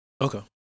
Okay